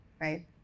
right